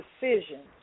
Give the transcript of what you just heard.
decisions